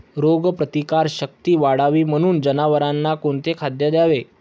रोगप्रतिकारक शक्ती वाढावी म्हणून जनावरांना कोणते खाद्य द्यावे?